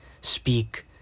speak